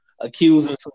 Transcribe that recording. Accusing